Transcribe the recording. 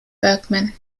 bergman